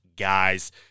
guys